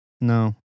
no